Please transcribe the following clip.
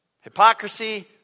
Hypocrisy